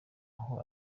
aho